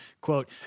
quote